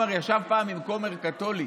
הוא ישב פעם עם כומר קתולי